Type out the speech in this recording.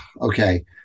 okay